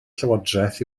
llywodraeth